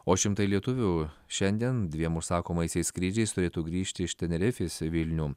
o šimtai lietuvių šiandien dviem užsakomaisiais skrydžiais turėtų grįžti iš tenerifės į vilnių